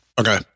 Okay